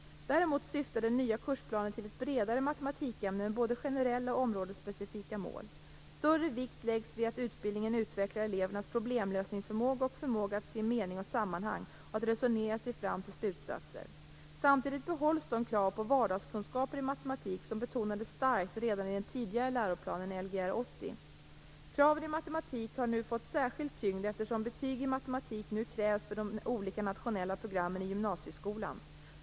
Däremot syftar den nya kursplanen till ett bredare matematikämne med både generella och områdesspecifika mål. Större vikt läggs vid att utbildningen utvecklar elevernas problemlösningsförmåga och förmåga att se mening och sammanhang och att resonera sig fram till slutsatser. Samtidigt behålls de krav på vardagskunskaper i matematik som betonades starkt redan i den tidigare läroplanen, Lgr 80. Kraven i matematik har fått särskild tyngd eftersom betyg i matematik nu krävs för de olika nationella programmen i gymnasieskolan.